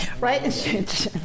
Right